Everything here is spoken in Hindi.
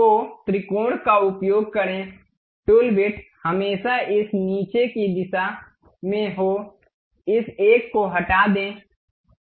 तो त्रिकोण का उपयोग करें टूल बिट हमेशा इस नीचे की दिशा में हो इस एक को हटा दें ज़ूम इन करें